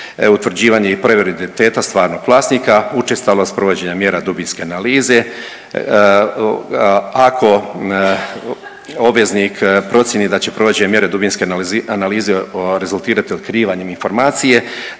utvrđivanje i …/Govornik se ne razumije./… stvarnog vlasnika, učestalost provođenja mjera dubinske analize. Ako obveznik procijeni da će provođenje mjere dubinske analize rezultirati otkrivanjem informacije